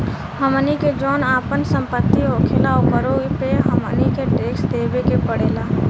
हमनी के जौन आपन सम्पति होखेला ओकरो पे हमनी के टैक्स देबे के पड़ेला